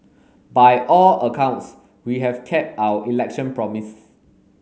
by all accounts we have kept our election promise